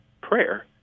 prayer